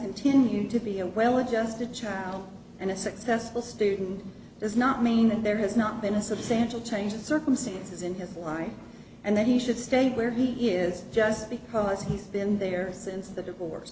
continued to be a well adjusted child and a successful student does not mean that there has not been a substantial change in circumstances in his life and that he should stay where he is just because he's been there since the divorce